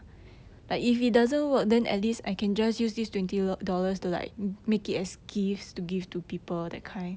yeah